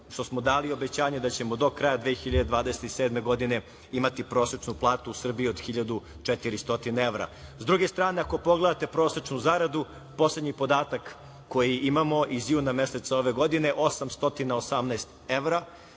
što smo dali obećanje da ćemo do kraja 2027. godine imati prosečnu platu u Srbiji od 1.400 evra.S druge strane, ako pogledate prosečnu zaradu, poslednji podatak koji imamo iz juna meseca ove godine, 818 evra.